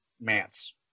Mance